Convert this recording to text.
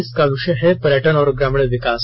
इसका विषय है पर्यटन और ग्रामीण विकास